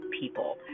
people